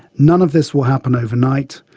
none of this will happen overnight,